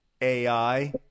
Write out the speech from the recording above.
ai